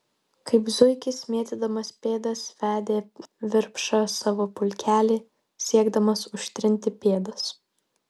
kaip zuikis mėtydamas pėdas vedė virpša savo pulkelį siekdamas užtrinti pėdas